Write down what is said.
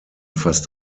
fast